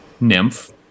nymph